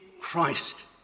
Christ